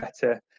better